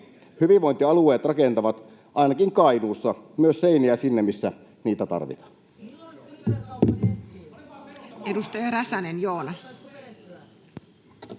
hyvinvointialueet rakentavat ainakin Kainuussa myös seiniä sinne, missä niitä tarvitaan.